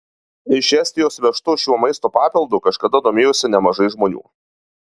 iš estijos vežtu šiuo maisto papildu kažkada domėjosi nemažai žmonių